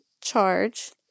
charge